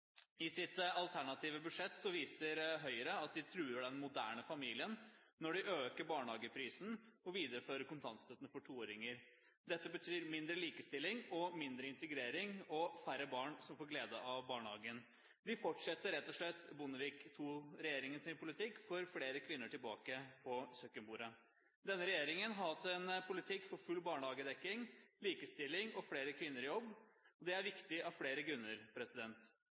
I sitt alternative budsjett viser Høyre at de truer den moderne familien når de øker barnehageprisen og viderefører kontantstøtten for toåringer. Dette betyr mindre likestilling, mindre integrering og færre barn som får glede av barnehagen. De fortsetter rett og slett Bondevik II-regjeringens politikk for flere kvinner tilbake til kjøkkenbenken. Denne regjeringen har hatt en politikk for full barnehagedekning, likestilling og flere kvinner i jobb, og det er viktig av flere grunner.